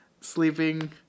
sleeping